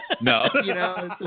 No